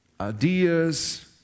ideas